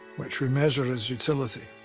which we measure as utility.